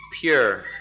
pure